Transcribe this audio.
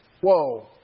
Whoa